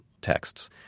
texts